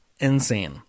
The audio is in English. insane